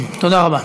תודה רבה.